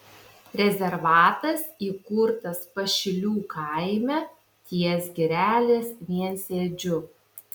rezervatas įkurtas pašilių kaime ties girelės viensėdžiu